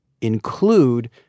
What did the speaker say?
include